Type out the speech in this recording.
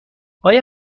آیا